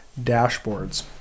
dashboards